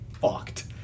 fucked